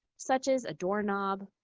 such as a doorknob,